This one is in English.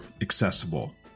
accessible